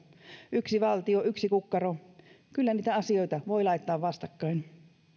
yksi valtio yksi kukkaro kyllä niitä asioita voi laittaa vastakkain